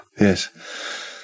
Yes